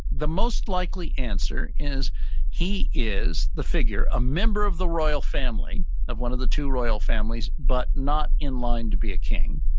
the most likely answer is he is the figure, a member of the royal family of one of the two royal families, but not in line to be a king,